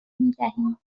میدهیم